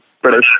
British